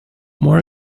more